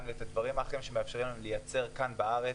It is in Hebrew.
ואת הדברים האחרים שמאפשרים להם לייצר כאן בארץ.